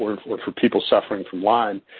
or for for people suffering from lyme,